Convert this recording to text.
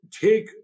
Take